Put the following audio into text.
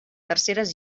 terceres